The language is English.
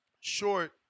short